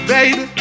Baby